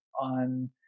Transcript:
on